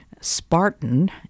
spartan